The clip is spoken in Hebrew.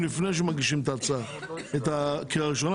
זה צריך להיות לפני שמגישים את הקריאה הראשונה.